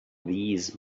these